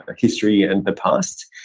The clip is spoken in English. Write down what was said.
ah history and the past,